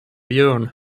björn